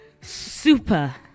super